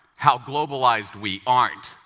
how globalized we aren't,